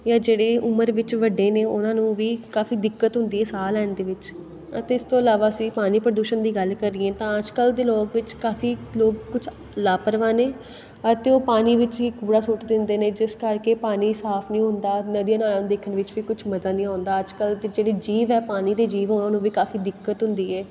ਜਾਂ ਜਿਹੜੇ ਉਮਰ ਵਿੱਚ ਵੱਡੇ ਨੇ ਉਹਨਾਂ ਨੂੰ ਵੀ ਕਾਫ਼ੀ ਦਿੱਕਤ ਹੁੰਦੀ ਹੈ ਸਾਹ ਲੈਣ ਦੇ ਵਿੱਚ ਅਤੇ ਇਸ ਤੋਂ ਇਲਾਵਾ ਅਸੀਂ ਪਾਣੀ ਪ੍ਰਦੂਸ਼ਣ ਦੀ ਗੱਲ ਕਰੀਏ ਤਾਂ ਅੱਜ ਕੱਲ੍ਹ ਦੇ ਲੋਕ ਵਿੱਚ ਕਾਫ਼ੀ ਲੋਕ ਕੁਝ ਲਾਪਰਵਾਹ ਨੇ ਅਤੇ ਉਹ ਪਾਣੀ ਵਿੱਚ ਹੀ ਕੂੜਾ ਸੁੱਟ ਦਿੰਦੇ ਨੇ ਜਿਸ ਕਰਕੇ ਪਾਣੀ ਸਾਫ਼ ਨਹੀਂ ਹੁੰਦਾ ਨਦੀਆਂ ਨਾਲਿਆਂ ਨੂੰ ਦੇਖਣ ਵਿੱਚ ਵੀ ਕੁਝ ਪਤਾ ਨਹੀਂ ਆਉਂਦਾ ਅੱਜ ਕੱਲ੍ਹ ਤਾਂ ਜਿਹੜੀ ਜੀਵ ਹੈ ਪਾਣੀ ਦੇ ਜੀਵ ਉਹਨਾਂ ਨੂੰ ਵੀ ਕਾਫ਼ੀ ਦਿੱਕਤ ਹੁੰਦੀ ਹੈ